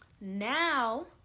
Now